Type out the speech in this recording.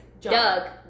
Doug